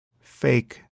fake